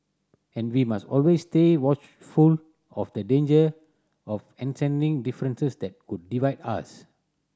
and we must always stay watchful of the danger of differences that could divide us